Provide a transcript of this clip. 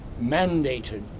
mandated